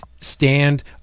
stand